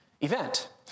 event